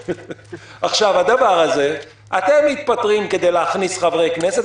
אתם מתפטרים כדי להכניס חברי כנסת,